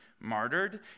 martyred